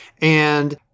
And-